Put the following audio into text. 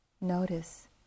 Notice